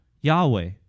Yahweh